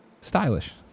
stylish